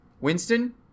Winston